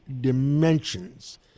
dimensions